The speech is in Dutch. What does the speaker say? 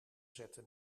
zetten